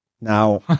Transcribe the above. Now